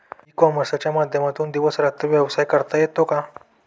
E कॉमर्सच्या माध्यमातून दिवस रात्र व्यवसाय करता येतो का?